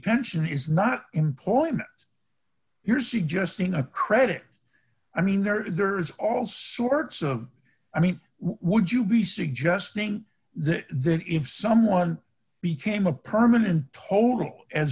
pension is not employment you're suggesting a credit i mean there are all sorts of i mean would you be suggesting then if someone became a permanent total as